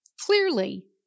Clearly